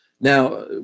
Now